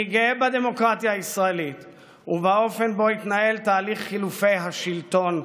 אני גאה בדמוקרטיה הישראלית ובאופן שבו התנהל תהליך חילופי השלטון,